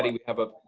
we have a